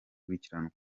gukiranuka